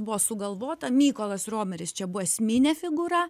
buvo sugalvota mykolas romeris čia buvo esminė figūra